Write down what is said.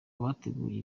abateguye